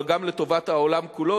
אבל גם לטובת העולם כולו.